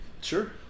Sure